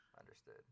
Understood